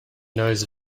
knows